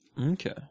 Okay